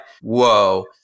whoa